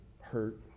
hurt